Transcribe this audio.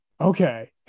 okay